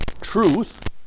truth